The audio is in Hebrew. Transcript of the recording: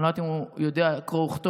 אני לא יודעת אם הוא יודע קרוא וכתוב,